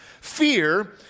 Fear